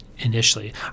initially